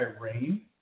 rain